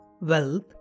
wealth